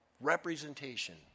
representation